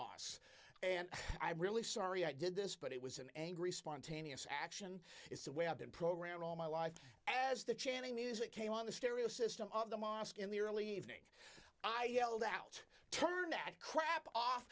mosques and i'm really sorry i did this but it was an angry spontaneous action is the way i've been programmed all my life as the chanting music came on the stereo system of the mosque in the early evening i yelled out turn that crap off